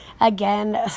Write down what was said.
again